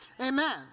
amen